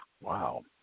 Wow